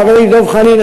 חברי דב חנין,